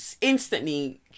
instantly